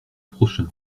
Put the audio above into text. prochain